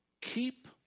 keep